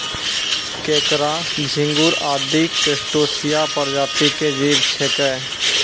केंकड़ा, झिंगूर आदि क्रस्टेशिया प्रजाति के जीव छेकै